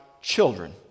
children